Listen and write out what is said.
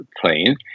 plane